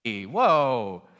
Whoa